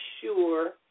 sure